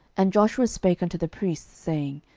and joshua spake unto the priests, saying,